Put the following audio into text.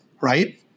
right